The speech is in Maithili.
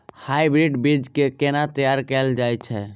हाइब्रिड बीज केँ केना तैयार कैल जाय छै?